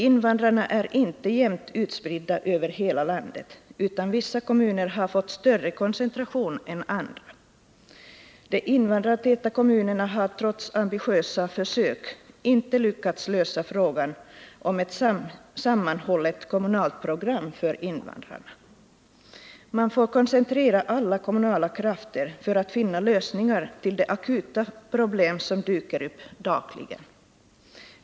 Invandrarna är inte jämnt utspridda över hela landet, utan vissa kommuner har fått större koncentration än andra. De invandrartäta kommunerna har trots ambitiösa försök inte lyckats lösa frågan om ett sammanhållet kommunalt program för invandrarna. Man får koncentrera alla kommunala krafter för att finna lösningar av de akuta problem som dyker upp dagligen.